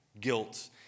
guilt